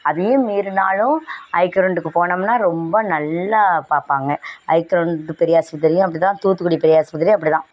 அதையும் மீறினாலும் ஐக்ரெண்டுக்கு போனோம்னால் ரொம்ப நல்லா பார்ப்பாங்க ஜக்ரண்ட் பெரியாஸ்பத்திரியும் அப்படி தான் தூத்துக்குடி பெரியாஸ்பத்திரியும் அப்படி தான்